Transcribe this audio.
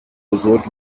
بزرگ